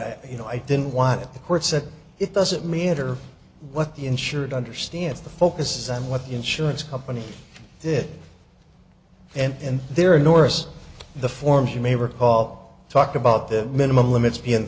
i you know i didn't want the court said it doesn't matter what the insured understands the focus is on what the insurance company did and there are no worse the forms you may recall talk about the minimum limits be